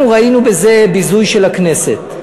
אנחנו ראינו בזה ביזוי של הכנסת.